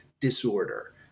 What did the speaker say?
disorder